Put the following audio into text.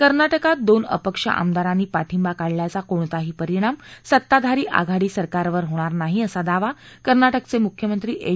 कर्नाटकात दोन अपक्ष आमदारांनी पाठिंबा काढल्याचा कोणताही परिणाम सत्ताधारी आघाडी सरकारवर होणार नाही असा दावा कर्नाटकचे मुख्यमंत्री एच